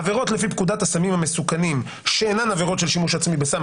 עבירות לפי פקודת הסמים המסוכנים שאינן עבירות של שימוש עצמי בסם,